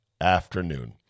afternoon